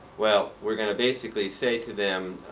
well, we're going to basically say to them,